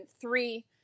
three